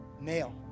Male